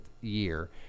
year